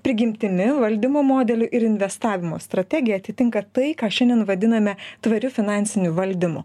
prigimtimi valdymo modeliu ir investavimo strategija atitinka tai ką šiandien vadiname tvariu finansiniu valdymu